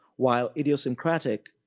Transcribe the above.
while idiosyncratic,